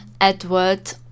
edward